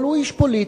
אבל הוא איש פוליטי,